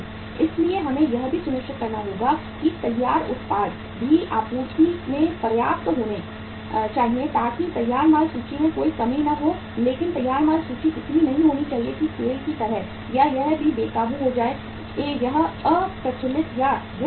इसलिए हमें यह भी सुनिश्चित करना होगा कि तैयार उत्पाद भी आपूर्ति में पर्याप्त होने चाहिए ताकि तैयार माल सूची में कोई कमी न हो लेकिन तैयार माल सूची इतनी नहीं होनी चाहिए कि सेल की तरह यह भी बेकाबू हो जाए यह अप्रचलित और दृढ़ हो जाए